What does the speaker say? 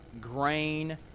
grain